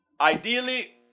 Ideally